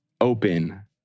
open